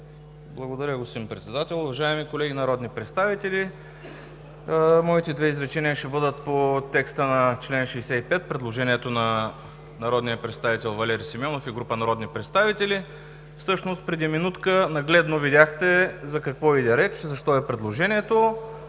Благодаря, господин Председател. Уважаеми колеги народни представители, моите две изречения ще бъдат по текста на чл. 65 – предложението на народния представител Валери Симеонов и група народни представители. Всъщност преди минутка нагледно видяхте за какво иде реч, защо е предложението